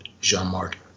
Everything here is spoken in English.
Jean-Marc